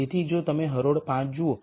તેથી જો તમે હરોળ 5 જુઓ